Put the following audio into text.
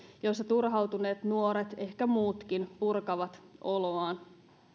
joilla turhautuneet nuoret ehkä muutkin purkavat oloaan